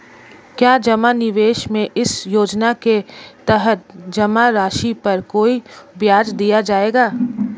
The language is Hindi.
क्या जमा निवेश में इस योजना के तहत जमा राशि पर कोई ब्याज दिया जाएगा?